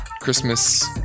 christmas